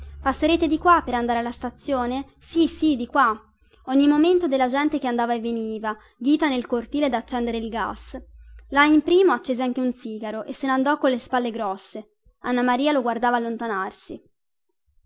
passerete di qua per andare alla stazione sì sì di qua ogni momento della gente che andava e veniva ghita nel cortile ad accendere il gas lajn primo accese anche un sigaro e se ne andò colle spalle grosse anna maria lo guardava allontanarsi